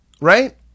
Right